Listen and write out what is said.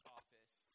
office